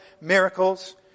miracles